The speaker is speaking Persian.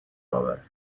آورد